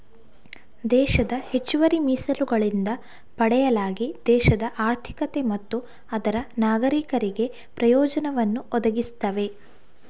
ದೇಶದ ಹೆಚ್ಚುವರಿ ಮೀಸಲುಗಳಿಂದ ಪಡೆಯಲಾಗಿ ದೇಶದ ಆರ್ಥಿಕತೆ ಮತ್ತು ಅದರ ನಾಗರೀಕರಿಗೆ ಪ್ರಯೋಜನವನ್ನು ಒದಗಿಸ್ತವೆ